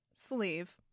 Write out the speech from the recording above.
sleeve